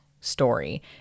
story